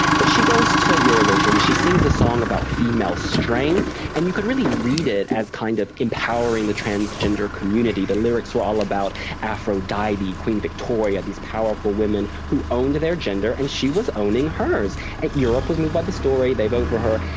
but she goes to eurovision, she sings a song about female strength. and you could really read it as kind of empowering the transgender community. the lyrics were all about aphrodite, queen victoria, these powerful woman who owned their gender, and she was owning hers. europe was moved by the story, they vote for her.